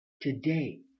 today